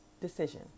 decision